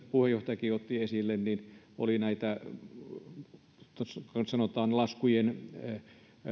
puheenjohtajakin otti esille meillä oli todellakin näitä kuten sanotaan laskujen